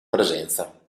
presenza